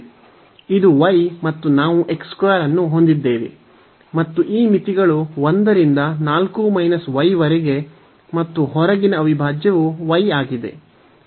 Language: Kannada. ಇದು y ಮತ್ತು ನಾವು ಅನ್ನು ಹೊಂದಿದ್ದೇವೆ ಮತ್ತು ಈ ಮಿತಿಗಳು 1 ರಿಂದ 4 y ವರೆಗೆ ಮತ್ತು ಹೊರಗಿನ ಅವಿಭಾಜ್ಯವು y ಆಗಿದೆ